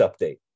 update